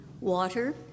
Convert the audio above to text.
water